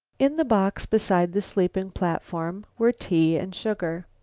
in the box beside the sleeping platform were tea and sugar.